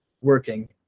working